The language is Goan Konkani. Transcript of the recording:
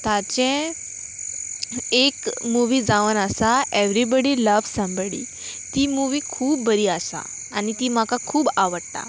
ताचें एक मुवी जावन आसा एवरीबडी लव समबडी ती मुवी खूब बरी आसा आनी ती म्हाका खूब आवडटा